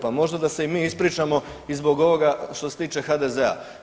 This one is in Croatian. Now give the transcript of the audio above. Pa možda da se i mi ispričamo i zbog ovoga što se tiče HDZ-a.